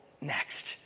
next